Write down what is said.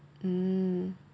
mm